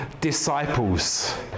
disciples